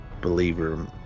believer